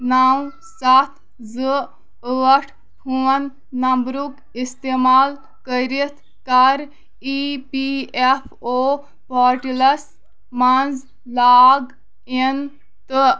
نَو سَتھ زٕ ٲٹھ فون نمربُک اِستعمال کٔرِتھ کَر E P F O portals مَنٛز لاگ اِن تہٕ